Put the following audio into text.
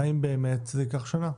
האם באמת זה ייקח שנה?